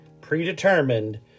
predetermined